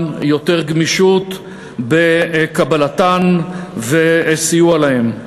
יותר גמישות בקבלת ספריהם ובסיוע להם.